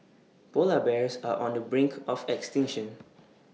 Polar Bears are on the brink of extinction